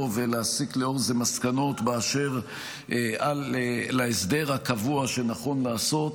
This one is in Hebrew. ולהסיק לאור זה מסקנות באשר להסדר הקבוע שנכון לעשות.